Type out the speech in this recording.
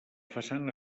façana